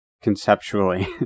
conceptually